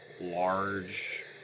large